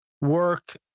work